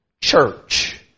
church